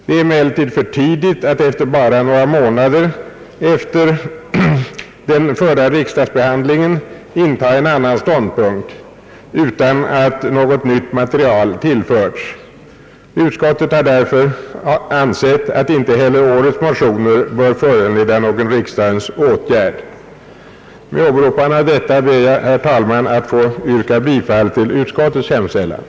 Det är emellertid för tidigt att bara några månader efter den förra riksdagsbehandlingen inta en annan ståndpunkt utan att något nytt material tillkommit. Utskottet har därför ansett att inte heller årets motioner bör föranleda någon riksdagens åtgärd. Med åberopande av detta ber jag, herr talman, att få yrka bifall till utskottets hemställan.